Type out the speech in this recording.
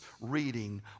reading